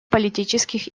политических